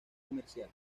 comercial